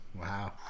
Wow